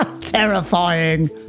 Terrifying